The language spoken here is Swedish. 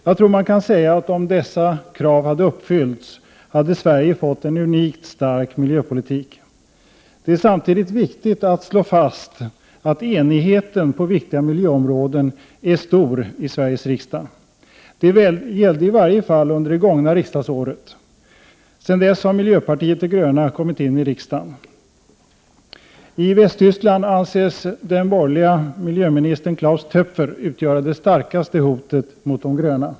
Jag tror man kan säga att om dessa krav uppfyllts hade Sverige fått en unikt stark miljöpolitik. Det är samtidigt viktigt att slå fast att enigheten på viktiga miljöområden är stor i Sveriges riksdag. Detta gällde i varje fall under det gångna riksdagsåret. Sedan dess har miljöpartiet de gröna kommit in i riksdagen. I Västtyskland anses den borgerliga miljöministern Klaus Töpfer utgöra det starkaste hotet mot de gröna.